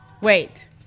wait